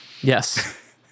Yes